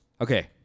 Okay